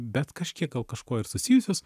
bet kažkiek gal kažkuo ir susijusius